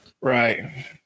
Right